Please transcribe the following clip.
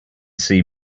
see